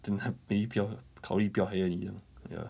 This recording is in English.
then happily 不要考虑不要 hire 你 liao ya